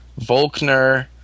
volkner